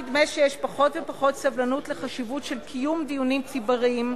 נדמה שיש פחות ופחות סבלנות לחשיבות של קיום דיונים ציבוריים,